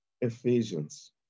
Ephesians